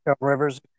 rivers